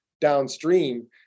downstream